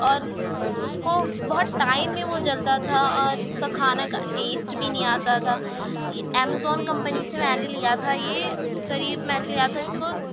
اور اس کو بہت ٹائم میں وہ جلتا تھا اور اس کا کھانا کا ٹیسٹ بی نہیں آتا تھا امیزون کمپنی سے میں نے لیا تھا یہ قریب میں نے لیا تھا اس کو